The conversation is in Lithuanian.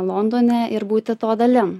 londone ir būti to dalim